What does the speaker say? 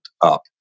up